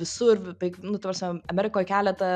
visur beveik nu ta prasme amerikoj keleta